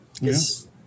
Yes